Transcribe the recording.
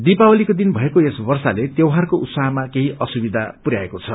दीपावलीको दिन भएको यस वर्षाले त्यौहारको उत्साहमा केही असुविधा पुरयाएको छ